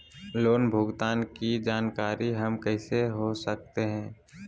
Loan भुगतान की जानकारी हम कैसे हो सकते हैं?